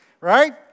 Right